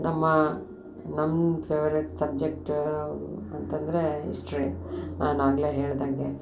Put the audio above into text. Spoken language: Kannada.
ನಮ್ಮ ನಮ್ಮ ಫೇವ್ರೆಟ್ ಸಬ್ಜೆಕ್ಟ ಅಂತಂದರೆ ಇಸ್ಟ್ರಿ ನಾನು ಆಗಲೇ ಹೇಳಿದಂಗೆ